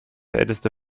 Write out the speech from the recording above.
älteste